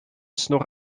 snor